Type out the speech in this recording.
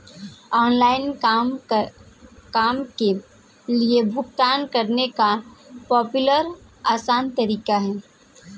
online काम के लिए भुगतान करने का पेपॉल आसान तरीका है